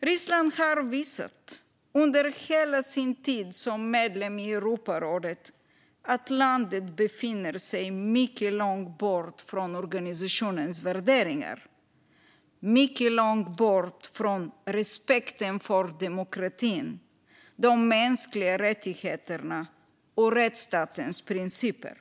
Ryssland har under hela sin tid som medlem i Europarådet visat att landet befinner sig mycket långt från organisationens värderingar och mycket långt från respekten för demokratin, de mänskliga rättigheterna och rättsstatens principer.